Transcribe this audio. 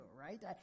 right